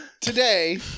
Today